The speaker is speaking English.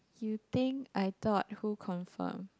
you think I thought who confirm